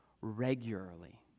Regularly